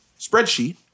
spreadsheet